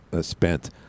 spent